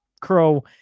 crow